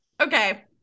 Okay